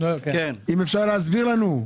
אם אפשר להסביר לנו.